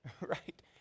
right